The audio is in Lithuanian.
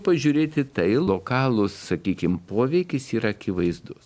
pažiūrėti tai lokalus sakykim poveikis yra akivaizdus